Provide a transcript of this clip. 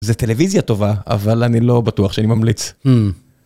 זה טלוויזיה טובה, אבל אני לא בטוח שאני ממליץ.